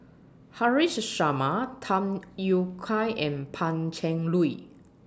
Haresh Sharma Tham Yui Kai and Pan Cheng Lui